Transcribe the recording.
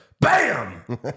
BAM